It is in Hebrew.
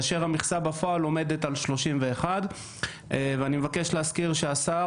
כאשר המכסה בפועל עומדת על 31. ואני מבקש להזכיר ששר